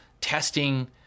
testing